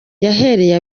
yahereye